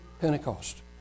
Pentecost